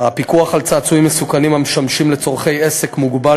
הפיקוח על צעצועים מסוכנים המשמשים לצורכי עסק מוגבל,